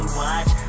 watch